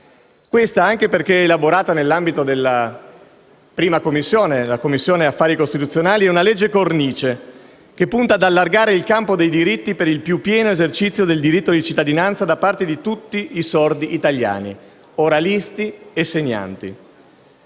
Questa, anche perché elaborata nell'ambito della 1a Commissione, affari costituzionali, è una legge cornice, che punta ad allargare il campo dei diritti per il più pieno esercizio del diritto di cittadinanza da parte di tutti i sordi italiani, oralisti e segnanti.